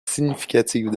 significative